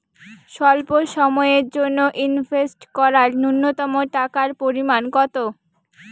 স্বল্প সময়ের জন্য ইনভেস্ট করার নূন্যতম টাকার পরিমাণ কত?